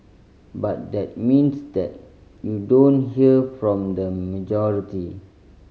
but that means that you don't hear from the majority